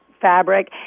fabric